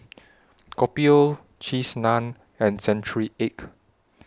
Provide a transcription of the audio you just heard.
Kopi O Cheese Naan and Century Egg